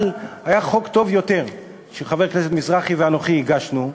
אבל היה חוק טוב יותר שחבר הכנסת מזרחי ואנוכי הגשנו,